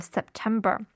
September